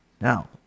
Now